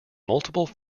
multiple